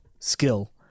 skill